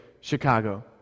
Chicago